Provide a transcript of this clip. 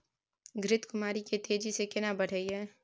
घृत कुमारी के तेजी से केना बढईये?